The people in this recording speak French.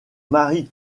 mari